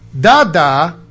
Dada